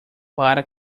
para